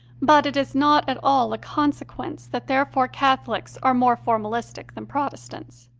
but it is not at all a consequence that therefore catholics are more formalistic than protestants.